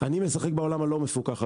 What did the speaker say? אני משחק בעולם הלא מפוקח,